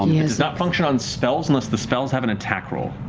um you know does not function on spells unless the spells have an attack roll.